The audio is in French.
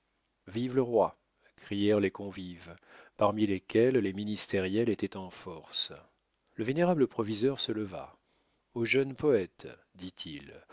vive le roi crièrent les convives parmi lesquels les ministériels étaient en force le vénérable proviseur se leva au jeune poète dit-il